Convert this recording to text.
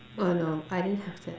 oh no I didn't have that